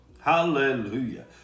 hallelujah